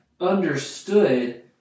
understood